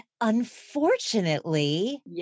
unfortunately